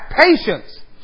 patience